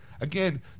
again